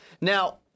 Now